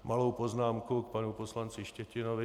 Malou poznámku k panu poslanci Štětinovi.